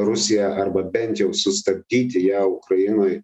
rusiją arba bent jau sustabdyti ją ukrainoj